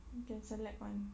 we can select one